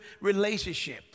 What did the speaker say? relationship